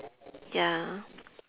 ya